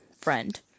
friend